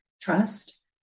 trust